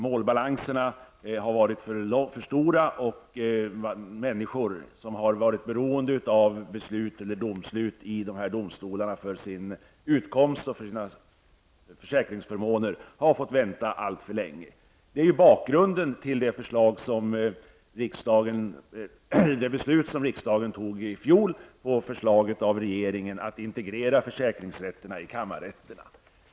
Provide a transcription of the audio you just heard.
Målbalanserna har varit för stora, och människor som har varit beroende av domslut i domstolarna för sin utkomst och för sina försäkringsförmåner har fått vänta alltför länge. Det är bakgrunden till det beslut som riksdagen fattade i fjol på förslag av regeringen, nämligen att integrera försäkringsrätterna i kammarrätterna.